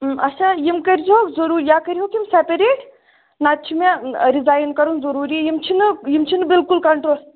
اَچھا یِم کٔرۍزِہوٗکھ ضرٗور یا کٔرۍہوٗکھ یِم سیپیٚریٹ نَتہٕ چھُ مےٚ رِزٲیِن کَرُن ضروٗری یِم چِھنہٕ یِم چِھنہٕ بِلکُل کَنٹرول